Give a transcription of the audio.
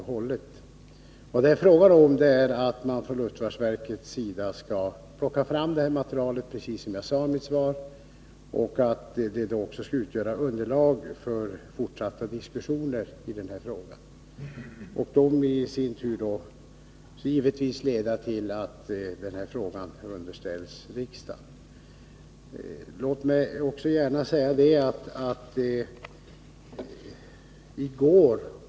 na till värnplikts Vad det är fråga om är att luftfartsverket skall plocka fram detta material, riksdagen precis som jag sade i mitt svar, och att det materialet skall utgöra underlag för fortsatta diskussioner i denna fråga. De diskussionerna skall i sin tur givetvis leda till att denna fråga underställs riksdagen. Låt mig också få säga följande.